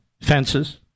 fences